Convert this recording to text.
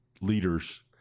leaders